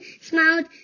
smiled